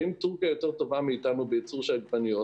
אם תורכיה יותר טובה מאתנו בייצור עגבניות,